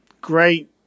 great